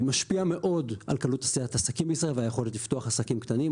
משפיע מאוד על קלות עשיית עסקים בישראל והיכולת לפתוח עסקים קטנים.